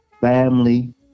family